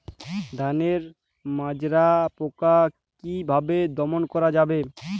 ধানের মাজরা পোকা কি ভাবে দমন করা যাবে?